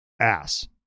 ass